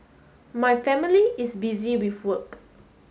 my family is busy with work